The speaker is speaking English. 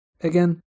Again